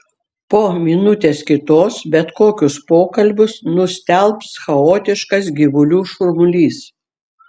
po minutės kitos bet kokius pokalbius nustelbs chaotiškas gyvulių šurmulys